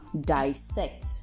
dissect